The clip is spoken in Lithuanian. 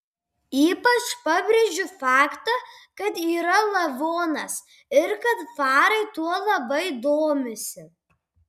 ypač pabrėžiu faktą kad yra lavonas ir kad farai tuo labai domisi